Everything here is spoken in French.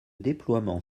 déploiement